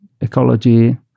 ecology